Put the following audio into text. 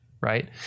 Right